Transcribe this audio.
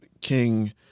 King